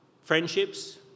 Friendships